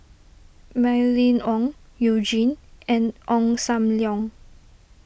Mylene Ong You Jin and Ong Sam Leong